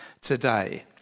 today